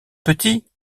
petit